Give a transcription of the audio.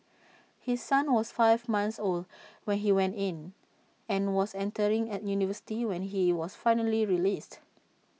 his son was five months old when he went in and was entering and university when he was finally released